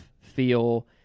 feel